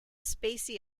spacey